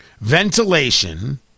Ventilation